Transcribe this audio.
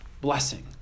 blessing